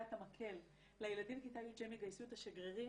את המקל לילדים בכיתה י' שהם יגייסו את השגרירים